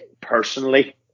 personally